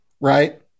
right